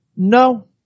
No